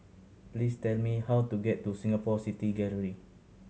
please tell me how to get to Singapore City Gallery